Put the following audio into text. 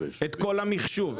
את כל המחשוב,